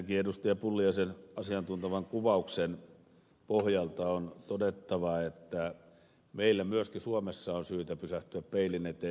pulliaisen asiantuntevan kuvauksen pohjalta on todettava että meillä myöskin suomessa on syytä pysähtyä peilin eteen